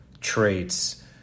traits